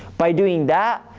by doing that,